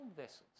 vessels